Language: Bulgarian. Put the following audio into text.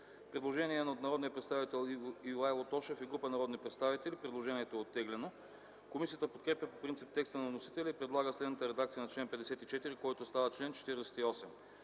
Предложение на народния представител Ивайло Тошев група народни представители. Предложението е оттеглено. Комисията подкрепя по принцип текста на вносителя и предлага следната редакция на чл. 54, който става чл. 48: